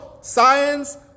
science